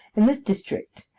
in this district,